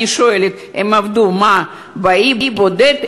אני שואלת: מה, הם עבדו באי בודד?